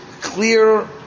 clear